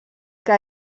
que